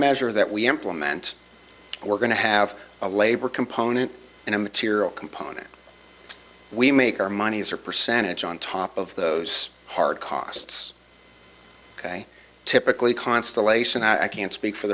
measure that we implement we're going to have a labor component and a material component we make our monies or percentage on top of those hard costs ok typically constellation i can't speak for